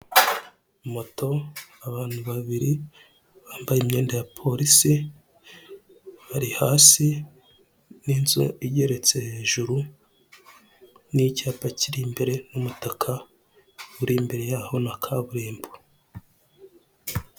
Moto, abantu babiri bambaye imyenda ya polisi bari hasi, n'inzu igereretse hejuru n'icyapa kiri imbere, umutaka uri imbere yaho na kaburimbo.